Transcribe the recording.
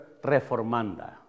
reformanda